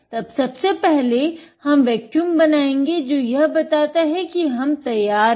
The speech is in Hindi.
तब सबसे पहले हम वेक्यूम बनायेगे जो हमे यह बताता है कि हम तैयार है